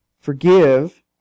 Forgive